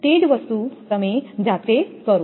તે જ વસ્તુ તમે જાતે કરો